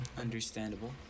Understandable